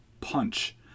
punch